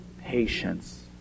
patience